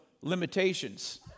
Limitations